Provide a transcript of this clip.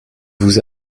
vous